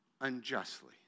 unjustly